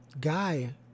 guy